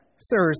Sirs